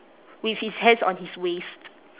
with his hands on his waist